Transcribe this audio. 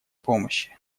помощи